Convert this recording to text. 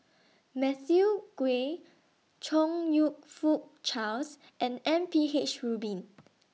Matthew Ngui Chong YOU Fook Charles and M P H Rubin